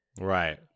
right